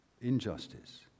injustice